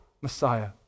Messiah